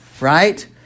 right